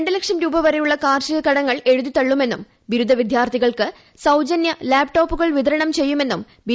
രണ്ട് ലക്ഷം വരെയുള്ള കാർഷിക കടങ്ങൾ എഴുതി തള്ളുമെന്നും ബിരുദ വിദ്യാർത്ഥികൾക്ക് സൌജന്യലാപ് ടോപ്പുകൾ വിതരണം ചെയ്യുമെന്നും ബി